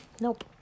Nope